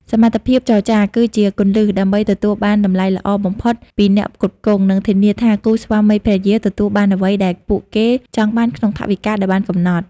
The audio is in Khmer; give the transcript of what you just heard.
សមត្ថភាពចរចា គឺជាគន្លឹះដើម្បីទទួលបានតម្លៃល្អបំផុតពីអ្នកផ្គត់ផ្គង់ និងធានាថាគូស្វាមីភរិយាទទួលបានអ្វីដែលពួកគេចង់បានក្នុងថវិកាដែលបានកំណត់។